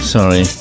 Sorry